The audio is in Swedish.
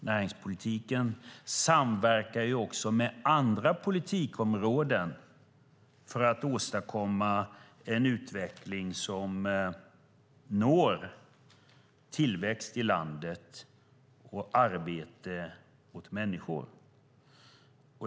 Näringspolitiken samverkar också med andra politikområden för att åstadkomma en utveckling som ger tillväxt i landet och arbete åt människor.